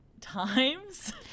times